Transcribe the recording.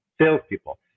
salespeople